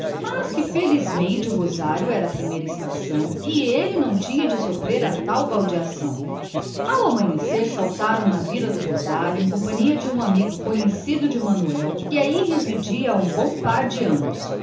quanto antes felizmente concluiu o rosário é a primeira estação e não temos de sofrer a maldita maçada ao anoitecer saltaram na vila do rosário em companhia de um antigo conhecido de manuel ali residente havia um bom par de anos